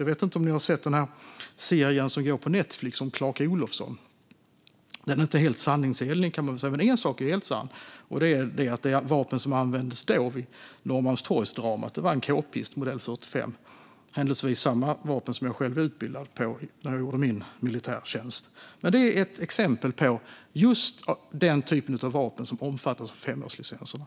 Jag vet inte om ni har sett den serie om Clark Olofsson som går på Netflix. Den är inte helt sanningsenlig, kan man väl säga. En sak är dock helt sann, nämligen att det vapen som användes vid Norrmalmstorgsdramat var en kpist av modell 45. Det är händelsevis samma vapen som jag själv utbildades med när jag gjorde min militärtjänst. Det är ett exempel på just den typ av vapen som omfattas av femårslicenserna.